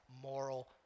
moral